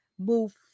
Move